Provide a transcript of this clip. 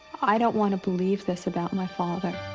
i don't want to believe this about my father.